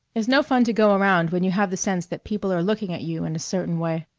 it's no fun to go around when you have the sense that people are looking at you in a certain way.